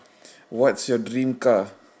what's your dream car